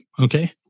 Okay